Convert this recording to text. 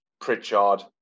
Pritchard